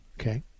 Okay